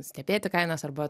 stebėti kainas arba